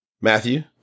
Matthew